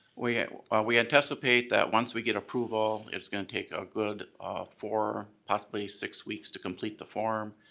we we anticipate that once we get approval, it's gonna take a good four, possibly six weeks to complete the form,